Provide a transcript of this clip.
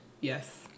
Yes